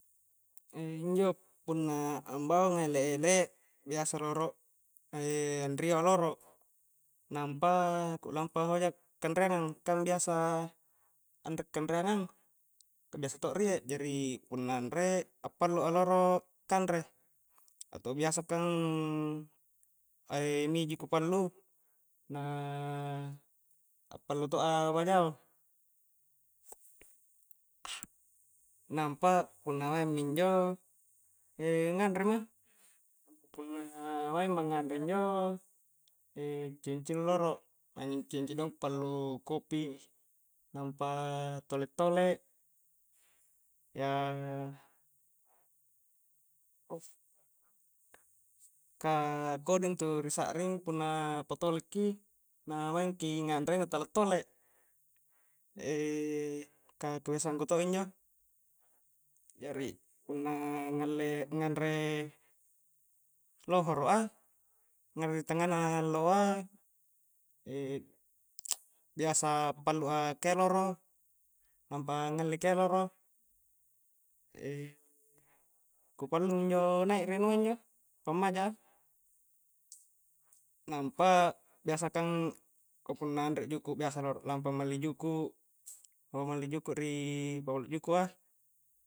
injo punna ambaunga elek-elek biasa rolo anrio a loro nampa ku lampa hoja kanreangang kang biasa anre kanreangang, biasa to riek jari punna anrek akpallu a rolo kanre, atau biasa kang mi ji ku pallu akpallu to'a bajao nampa punna maing minjo nganre ma nampa punna maengma nganre injo cidong-cidong rolo, maing injo cidong-cidong pallu kopi nampa tolek-tolek ka kodi intu di sakring punna pa tolek ki na maengki nganre na tala a'tole ka kebiasaangku to injo jari punna ngalle ngare lohoro a nganre ri tangnga na alloa biasa akpallu a keloro nampa ngalle keloro ku pallu minjo naik ri anua injo ri pammaja' a nampa biasa kang kapunna anrek juku' biasa rolo lampa malli juku'- lampa malli juku' ri pabalu juku' a